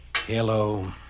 Hello